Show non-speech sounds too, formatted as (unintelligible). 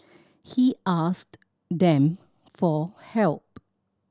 he (unintelligible) them for help